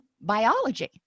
biology